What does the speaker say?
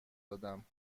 دادم